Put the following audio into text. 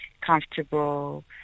comfortable